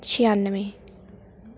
ਛਿਆਨਵੇਂ